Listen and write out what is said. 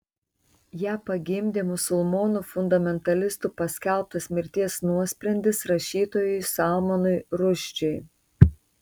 ją pagimdė musulmonų fundamentalistų paskelbtas mirties nuosprendis rašytojui salmanui rušdžiui